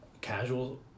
Casual